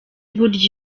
burya